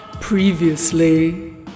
Previously